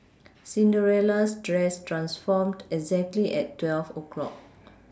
Cinderella's dress transformed exactly at twelve o' clock